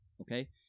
okay